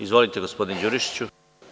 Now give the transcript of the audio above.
Izvolite gospodine Đurišiću.